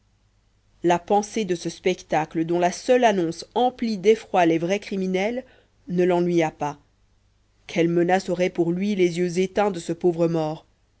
la pensée de ce spectacle dont la seule annonce emplit d'effroi les vrais criminels ne l'ennuya pas quelle menace auraient pour lui les yeux éteints de ce pauvre mort